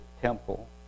temple